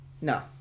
no